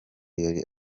yari